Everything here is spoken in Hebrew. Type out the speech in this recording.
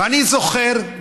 ואני זוכר,